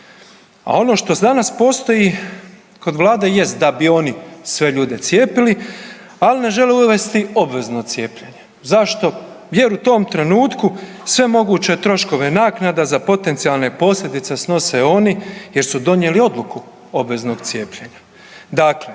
A ono što danas postoji kod vlade jest da bi oni sve ljude cijepili, al ne žele uvesti obvezno cijepljenje. Zašto? Jer u tom trenutku sve moguće troškove naknada za potencijalne posljedice snose oni jer su donijeli odluku obveznog cijepljenja. Dakle,